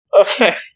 Okay